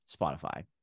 Spotify